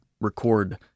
record